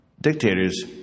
dictators